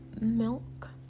milk